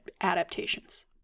adaptations